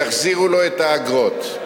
יחזירו לו את האגרות.